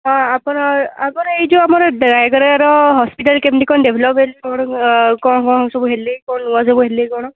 ହଁ ଆପଣ ଆପଣ ଏ ଯେଉଁ ଆମର ରାୟଗଡ଼ାର ହସ୍ପିଟାଲ୍ କେମିତି କ'ଣ ଡେଭଲପ୍ ହେଲା କ'ଣ କ'ଣ କ'ଣ ସବୁ ହେଲେ କ'ଣ ନୂଆ ସବୁ ହେଲି କ'ଣ